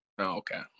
okay